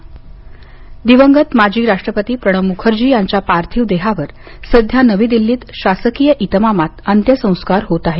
मुखर्जी अंत्यदर्शन दिवंगत माजी राष्ट्रपती प्रणव मुखर्जी यांच्या पार्थिव देहावर सध्या नवी दिल्लीत शासकीय इतमामात अंत्यसंस्कार होत आहेत